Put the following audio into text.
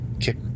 kick